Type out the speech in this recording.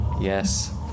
Yes